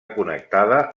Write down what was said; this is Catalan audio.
connectada